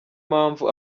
mpamvu